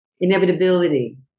inevitability